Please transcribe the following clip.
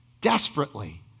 desperately